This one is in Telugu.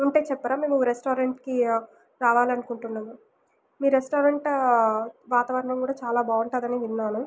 ఉంటే చెప్పరా మేము రెస్టారెంట్కి రావాలనుకుంటున్నాను మీరు రెస్టారెంట్ వాతావరణం కూడా చాలా బాగుంటుంది అని విన్నాను